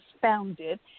founded